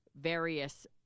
various